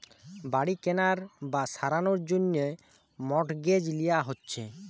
বাড়ি কেনার বা সারানোর জন্যে মর্টগেজ লিয়া হচ্ছে